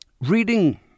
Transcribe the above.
Reading